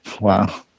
Wow